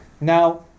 Now